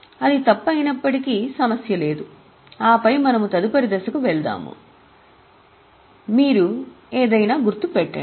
అది తప్పుగా పోయినప్పటికీ సమస్య లేదు ఆపై మనము తదుపరి దశకు వెళ్తాము మీరు ఏమైనా గుర్తు పెట్టండి